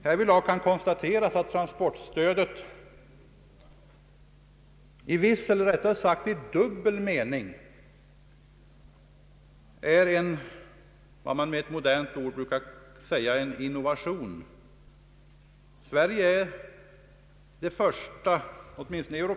Härvidlag kan konstateras att transportstödet i viss eller rättare sagt i dubbel mening är vad man med ett modernt ord brukar kalla en innovation. Sverige är det första — åtminstone euro Ang.